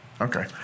Okay